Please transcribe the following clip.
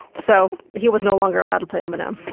so he was no longer allowed to play eminem.